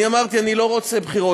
אני אמרתי: אני לא רוצה בחירות,